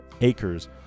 acres